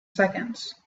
seconds